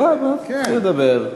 תתחיל לדבר.